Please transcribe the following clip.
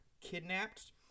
kidnapped